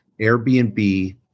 Airbnb